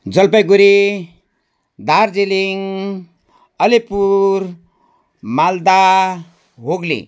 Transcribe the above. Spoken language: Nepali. जलपाइगुडी दार्जिलिङ अलिपुर मालदा हुगली